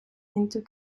into